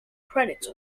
credits